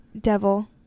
Devil